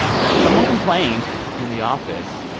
ah but someone complained in the office.